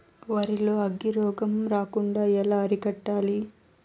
వరి లో అగ్గి రోగం రాకుండా ఎలా అరికట్టాలి?